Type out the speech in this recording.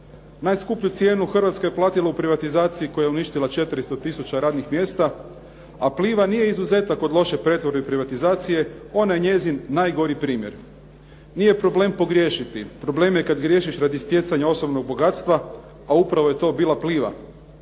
Najskuplju cijenu Hrvatska je platila u privatizaciji koja je uništila 400 tisuća radnih mjesta a Pliva nije izuzetak od loše pretvorbe i privatizacije, ona je njezin najgori primjer. Nije problem pogriješiti. Problem je kad griješiš radi stjecanja osobnog bogatstva a upravo je to bila Pliva.